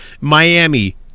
Miami